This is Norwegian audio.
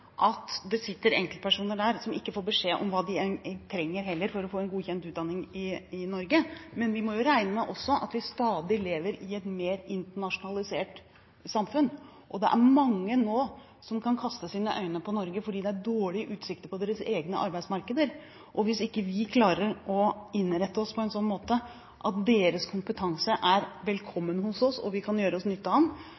at det sitter enkeltpersoner der som ikke får beskjed om hva de trenger for å få en godkjent utdanning i Norge, men vi må jo også regne med at vi lever i et stadig mer internasjonalisert samfunn, og det er mange nå som kan kaste sine øyne på Norge fordi det er dårlige utsikter på deres egne arbeidsmarkeder. Hvis ikke vi klarer å innrette oss på en sånn måte at deres kompetanse er